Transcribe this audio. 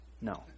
No